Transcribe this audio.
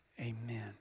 amen